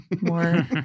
more